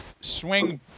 swing